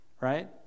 right